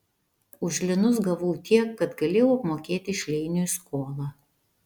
už linus gavau tiek kad galėjau apmokėti šleiniui skolą